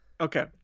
Okay